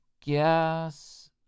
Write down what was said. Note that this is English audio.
guess